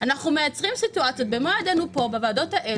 אנחנו מייצרים במו ידינו סיטואציות,